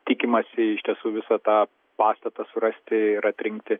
tikimasi iš tiesų visą tą pastatą surasti ir atrinkti